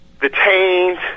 detained